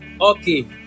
Okay